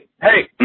hey